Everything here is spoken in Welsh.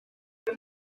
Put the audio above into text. dydw